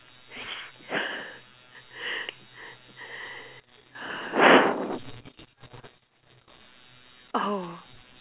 oh